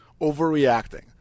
overreacting